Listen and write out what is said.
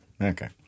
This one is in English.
Okay